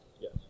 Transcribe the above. Yes